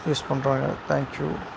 use பண்ணுறாங்க thank you